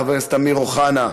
חבר הכנסת אמיר אוחנה,